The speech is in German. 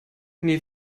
nee